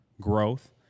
growth